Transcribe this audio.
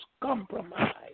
compromise